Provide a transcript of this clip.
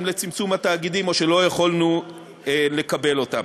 לצמצום מספר התאגידים או שלא יכולנו לקבל אותם.